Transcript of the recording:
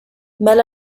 male